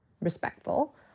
respectful